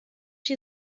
die